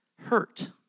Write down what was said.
hurt